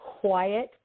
quiet